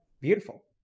Beautiful